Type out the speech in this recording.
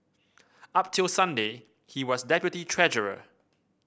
up till Sunday he was deputy treasurer